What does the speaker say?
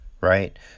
Right